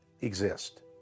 exist